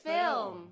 film